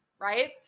right